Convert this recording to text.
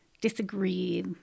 disagree